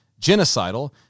genocidal